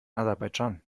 aserbaidschan